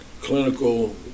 clinical